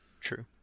True